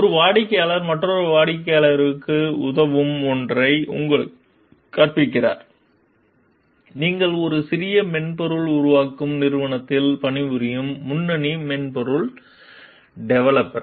ஒரு வாடிக்கையாளர் மற்றொரு வாடிக்கையாளருக்கு உதவும் ஒன்றை உங்களுக்குக் கற்பிக்கிறார் நீங்கள் ஒரு சிறிய மென்பொருள் உருவாக்கும் நிறுவனத்தில் பணிபுரியும் முன்னணி மென்பொருள் டெவலப்பர்